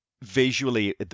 visually